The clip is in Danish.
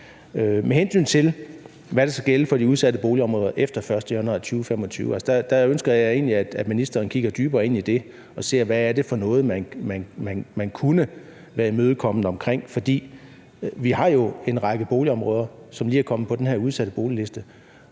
Med hensyn til hvad der skal gælde for de udsatte boligområder efter den 1. januar 2025, så ønsker jeg egentlig, at ministeren kigger dybere ind i det og ser på, hvad det er for noget, man kunne være imødekommende over for, for vi har jo en række boligområder, som lige er kommet på den her liste over